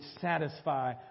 satisfy